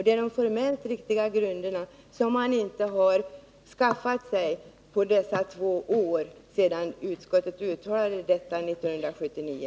Det är de riktiga grunderna som man inte har skaffat sig på två år sedan utskottet uttalade detta. 1979.